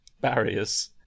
barriers